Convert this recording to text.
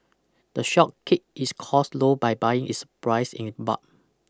the shop keep its costs low by buying its prise in bulk